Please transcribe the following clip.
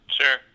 Sure